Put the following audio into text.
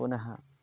पुनः